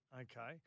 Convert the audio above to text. Okay